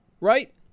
Right